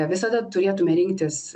visada turėtume rinktis